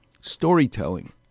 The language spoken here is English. Storytelling